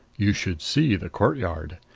you should see the courtyard!